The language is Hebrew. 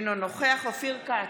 אינו נוכח אופיר כץ,